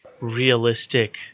realistic